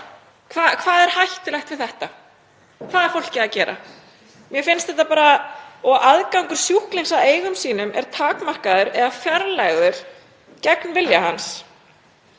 Hvað er hættulegt við þetta? Hvað er fólkið að gera? Aðgangur sjúklings að eigum sínum er takmarkaður og fjarlægður gegn vilja hans.